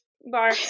bar